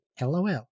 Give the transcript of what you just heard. LOL